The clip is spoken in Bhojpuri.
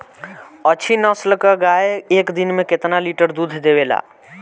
अच्छी नस्ल क गाय एक दिन में केतना लीटर दूध देवे ला?